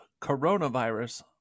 coronavirus